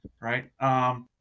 right